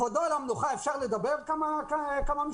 כבודו, על המנוחה אפשר לדבר כמה משפטים?